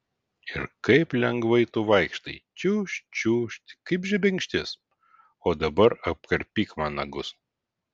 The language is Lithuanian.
ir kaip lengvai tu vaikštai čiūžt čiūžt kaip žebenkštis o dabar apkarpyk man nagus